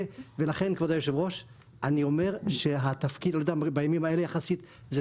ולכן כבוד היושב ראש בימים האלה יחסית זה